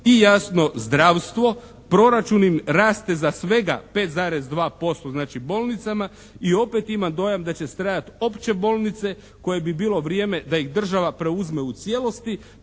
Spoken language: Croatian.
I jasno, zdravstvo. Proračun im raste za svega 5,2% znači bolnicama i opet imam dojam da će stajati opće bolnice koje bi bilo vrijeme da ih država preuzme u cijelosti